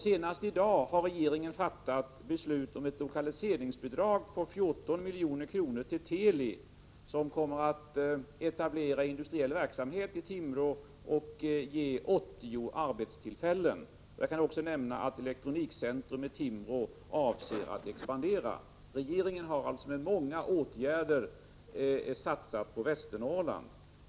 Senast i dag har regeringen fattat beslut om ett lokaliseringsbidrag på 14 milj.kr. till Teli, som kommer att etablera industriell verksamhet i Timrå och ge 80 arbetstillfällen. Jag kan också nämna att Elektronikcentrum i Timrå avser att expandera. Regeringen har alltså med många åtgärder satsat på Västernorrland.